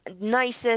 nicest